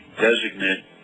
designate